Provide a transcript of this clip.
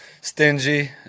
stingy